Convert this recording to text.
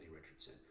Richardson